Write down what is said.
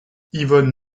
yvonne